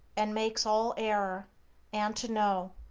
and makes all error and to know,